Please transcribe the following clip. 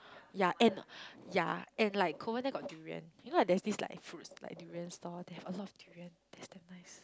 ya and ya and like Kovan there got durian you know there's this like fruits like durian stall they have a lot of durian that's damn nice